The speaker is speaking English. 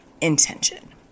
intention